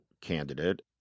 candidate